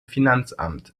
finanzamt